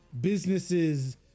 businesses